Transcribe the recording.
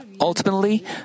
ultimately